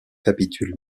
capitule